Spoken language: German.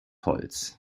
holz